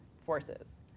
forces